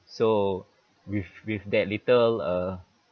so with with that little uh